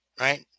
Right